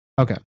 Okay